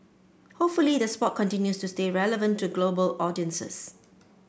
hopefully the sport continues to stay relevant to global audiences